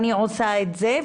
אני עושה את זה,